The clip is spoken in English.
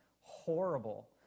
horrible